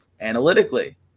analytically